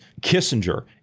Kissinger